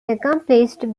accomplished